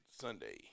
Sunday